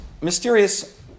mysterious